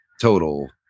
total